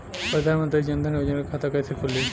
प्रधान मंत्री जनधन योजना के खाता कैसे खुली?